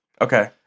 Okay